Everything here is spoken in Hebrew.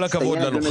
כל הכבוד לנו,